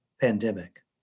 pandemic